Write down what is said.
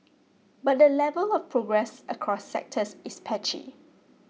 but the level of progress across sectors is patchy